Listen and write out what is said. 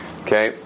Okay